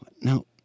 No